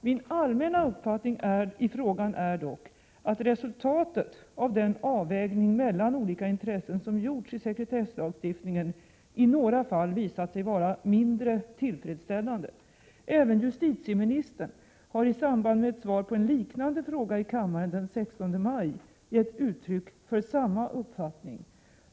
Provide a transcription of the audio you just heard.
Min allmänna uppfattning i frågan är dock att resultatet av den avvägning mellan olika intressen som gjorts i sekretesslagstiftningen i några fall visat sig vara mindre tillfredsställande. Även justitieministern har i samband med ett svar på en liknande fråga i kammaren den 16 maj gett uttryck för samma uppfattning.